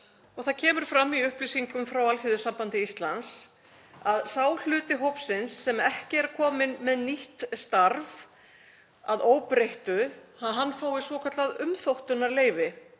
Það kemur fram í upplýsingum frá Alþýðusambandi Íslands að sá hluti hópsins sem ekki er kominn með nýtt starf að óbreyttu fái svokallað umþóttunarleyfi